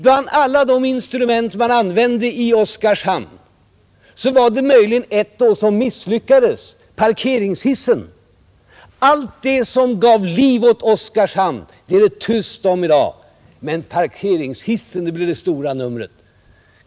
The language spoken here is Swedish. Bland alla de instrument man använde i Oskarshamn var det ett som misslyckades, nämligen parkeringshissen. Allt det som gav liv åt Oskarshamn är det tyst om i dag, men parkeringshissen blev det stora numret.